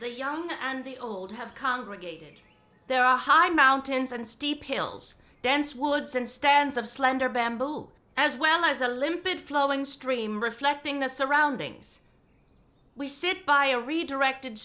the young and the old have congregated there are high and mountains and steep hills dense woods and stands of slender bambo as well as a limpid flowing stream reflecting the surroundings we sit by a redirected